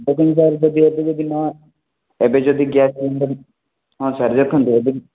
ଦେଖନ୍ତୁ ସାର୍ ଏବେ ଯଦି ନ ଏବେ ଯଦି ଗ୍ୟାସ୍ ସିଲିଣ୍ଡର୍ ହଁ ସାର୍ ଦେଖନ୍ତୁ ଏବେ ଯଦି